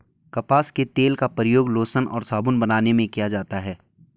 कपास के तेल का प्रयोग लोशन और साबुन बनाने में किया जाता है